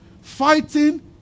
Fighting